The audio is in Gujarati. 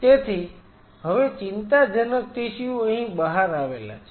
તેથી હવે ચિંતાજનક ટિશ્યુ અહીં બહાર આવેલા છે